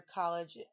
college